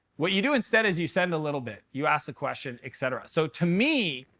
what you do instead is you send a little bit. you ask the question, et cetera. so to me,